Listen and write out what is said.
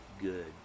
good